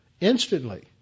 Instantly